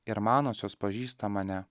ir manosios pažįsta mane